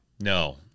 No